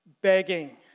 Begging